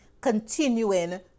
continuing